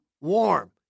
warm